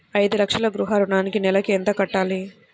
ఐదు లక్షల గృహ ఋణానికి నెలకి ఎంత కట్టాలి?